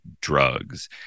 drugs